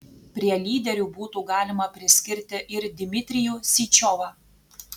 prie lyderių būtų galima priskirti ir dmitrijų syčiovą